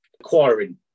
acquiring